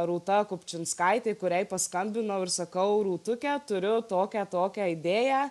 rūta kupčinskaitė kuriai paskambinau ir sakau rūtuke turiu tokią tokią idėją